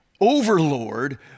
overlord